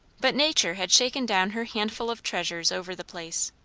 but nature had shaken down her hand full of treasures over the place.